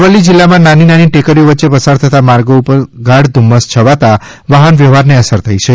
અરવલ્લી જિલ્લા માં નાની નાની ટેકરીઓ વચ્ચે પસાર થતાં માર્ગો ઉપર ગાઢ ધુમ્મસ છવાતા વાહન વ્યવહાર ને અસર થઈ હતી